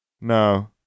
No